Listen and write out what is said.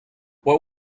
what